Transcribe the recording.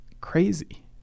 crazy